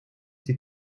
die